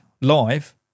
live